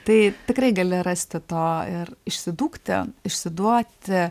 tai tikrai gali rasti to ir išsidūkti išsiduoti